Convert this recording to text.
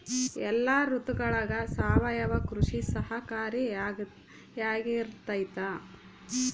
ಎಲ್ಲ ಋತುಗಳಗ ಸಾವಯವ ಕೃಷಿ ಸಹಕಾರಿಯಾಗಿರ್ತೈತಾ?